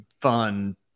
fun